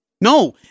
No